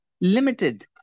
limited